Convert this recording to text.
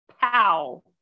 pow